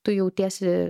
tu jautiesi